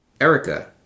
Erica